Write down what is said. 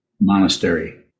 monastery